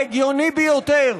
ההגיוני ביותר,